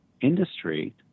industry